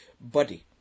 body